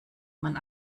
man